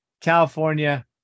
California